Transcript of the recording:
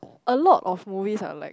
a lot of movies are like